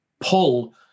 pull